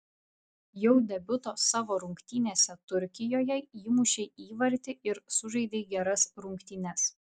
jau debiuto savo rungtynėse turkijoje įmušei įvartį ir sužaidei geras rungtynes